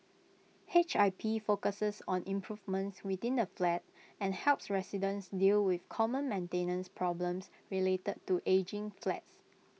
H I P focuses on improvements within the flat and helps residents deal with common maintenance problems related to ageing flats